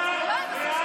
לא.